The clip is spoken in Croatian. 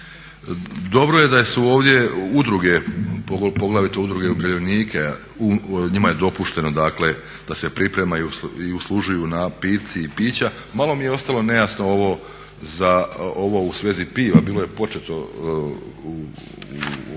Dobro je da su ovdje udruge, poglavito udruge umirovljenika, njima je dopušteno dakle da se pripremaju i uslužuju napitci i pića. Malo mi je ostalo nejasno ovo u svezi piva, bilo je počeo u ovom